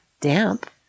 damp